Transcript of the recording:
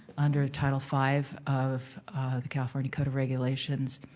under title five of the california code of regulations,